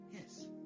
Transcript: Yes